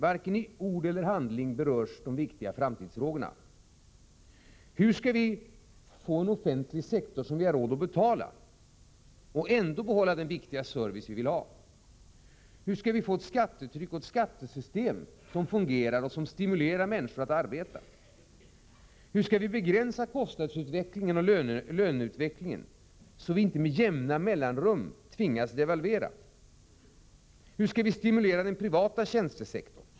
Varken i ord eller i handling berörs de viktiga framtidsfrågorna: o Hur skall vi få en offentlig sektor som vi har råd att betala, och ändå behålla den viktiga service vi vill ha? Oo Hur skall vi få ett skattetryck och ett skattesystem som fungerar och som stimulerar människor att arbeta? Oo Hur skall vi begränsa kostnadsutvecklingen och löneutvecklingen, så vi inte med jämna mellanrum tvingas devalvera? Oo Hur skall vi stimulera den privata tjänstesektorn?